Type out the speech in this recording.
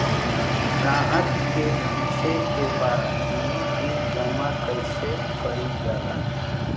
ग्राहक के पूछे के बा की बिल जमा कैसे कईल जाला?